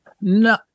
No